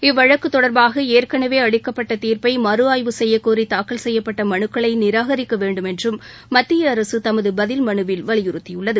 இவ்வழக்கு தொடர்பாக ஏற்கனவே அளிக்கப்பட்ட தீர்ப்பை மறு ஆய்வு செய்யக்கோரி தாக்கல் செய்யப்பட்ட மனுக்களை நிராகரிக்க வேண்டும் என்றும் மத்திய அரசு தமது பதில் மனுவில் வலியுறுத்தியுள்ளது